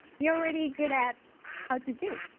you're already good at how to do